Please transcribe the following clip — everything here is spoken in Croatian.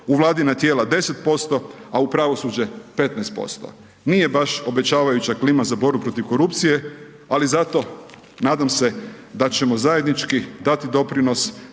u vladina tijela 10% a u pravosuđe 15%. Nije baš obećavajuća klima za borbu protiv korupcije, ali zato, nadam se, da ćemo zajedničko dati doprinos,